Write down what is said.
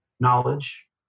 knowledge